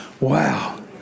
Wow